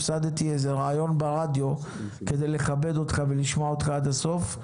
הפסדתי איזה ריאיון ברדיו כדי לכבד אותך ולשמוע אותך עד הסוף,